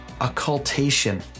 occultation